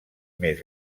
més